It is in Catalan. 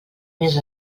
més